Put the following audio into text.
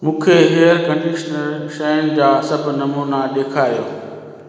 मूंखे hair conditioner शयुनि जा सभ नमूना ॾेखारियो